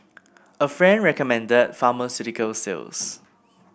a friend recommended pharmaceutical sales